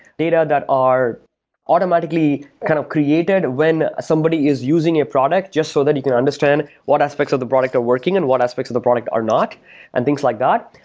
data that are automatically kind of created when somebody is using a product just so that you can understand what aspects of the product are working and what aspects of the product are not and things like that.